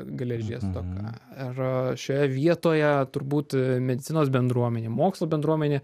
geležies stoka ir šioje vietoje turbūt medicinos bendruomenė mokslo bendruomenė